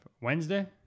Wednesday